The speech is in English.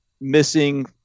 missing